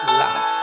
love